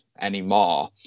anymore